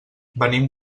venim